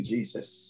Jesus